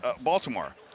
Baltimore